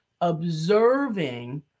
observing